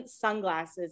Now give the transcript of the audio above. sunglasses